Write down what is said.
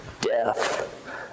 death